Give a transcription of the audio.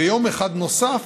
ויום אחד נוסף